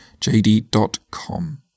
JD.com